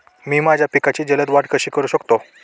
मी माझ्या पिकांची जलद वाढ कशी करू शकतो?